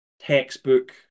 textbook